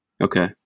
okay